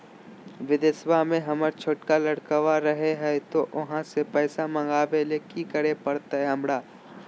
बिदेशवा में हमर छोटका लडकवा रहे हय तो वहाँ से पैसा मगाबे ले कि करे परते हमरा?